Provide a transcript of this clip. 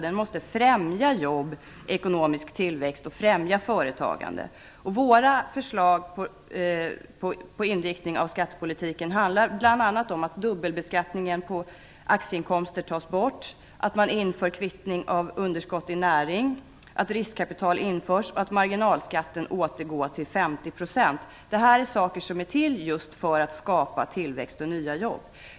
Den måste främja jobb, ekonomisk tillväxt och företagande. Våra förslag till inriktning av skattepolitiken handlar bl.a. om att dubbelbeskattningen av aktieinkomster skall tas bort, att man inför kvittning av underskott i näring, att riskkapital införs och att marginalskatten återgår till Det här är saker som är till just för att skapa tillväxt och nya jobb.